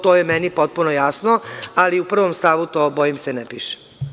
To je meni potpuno jasno, ali u 1. stavu, to se bojim ne piše.